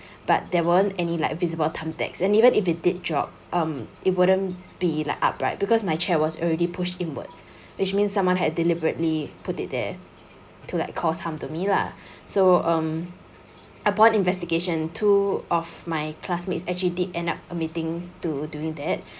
but there weren't any like visible thumbtacks and even if it did drop um it wouldn't be like upright because my chair was already pushed inwards which means someone had deliberately put it there to like cause harm to me lah so um upon investigation two of my classmates actually did end up admitting to doing that